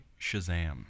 Shazam